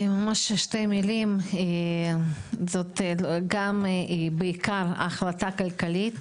ממש בשתי מילים, זו בעיקר החלטה כלכלית